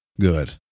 good